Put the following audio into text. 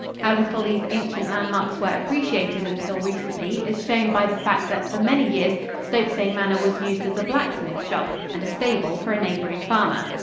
how little these ancient landmarks were appreciated until recently is shown by the fact that for many years stokesay manor was used as a blacksmith-shop and a stable for a neighboring farmer.